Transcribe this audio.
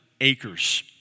acres